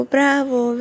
Bravo